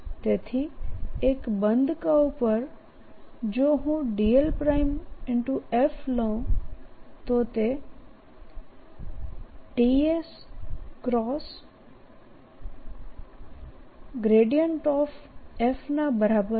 તેથીએક બંધ કર્વ પરજોહું dl f લઉતો તે ds ×f ના બરાબર છે